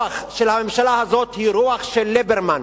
הרוח של הממשלה הזאת היא רוח של ליברמן,